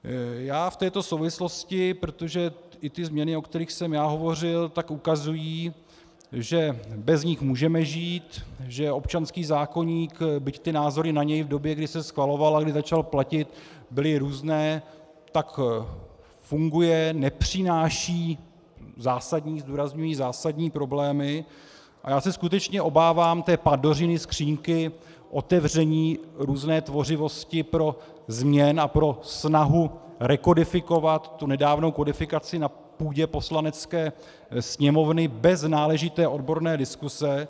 Já v této souvislosti, protože i změny, o kterých jsem já hovořil, ukazují, že bez nich můžeme žít, že občanský zákoník, byť názory na něj v době, kdy se schvaloval a kdy začal platit, byly různé, funguje, nepřináší zásadní zdůrazňuji zásadní problémy, a já se skutečně obávám té Pandořiny skříňky, otevření různé tvořivosti změn a pro snahu rekodifikovat tu nedávnou kodifikaci na půdě Poslanecké sněmovny bez náležité odborné diskuse.